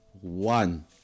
one